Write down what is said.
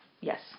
Yes